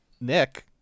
Nick